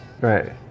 Right